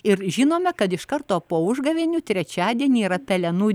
ir žinome kad iš karto po užgavėnių trečiadienį yra pelenų